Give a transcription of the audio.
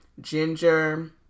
ginger